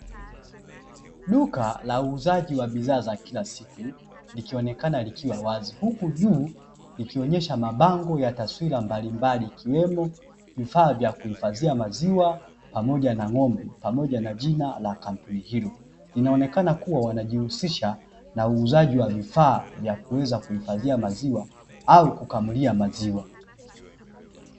Duka la uuzaji wa bidhaa za kila siku, likionekana likiwa wazi huku juu likionyesha mabango ya taswira mbalimbali, ikiwemo vifaa vya kuhifadhia maziwa, pamoja na ng'ombe pamoja na jina la kampuni hiyo. Inaonekana kuwa wanajihusisha na uuzaji wa vifaa vya kuuza kuhifadhia maziwa au kukamulia maziwa.